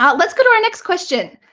um let's go to our next question.